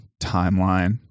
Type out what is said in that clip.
timeline